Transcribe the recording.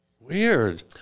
Weird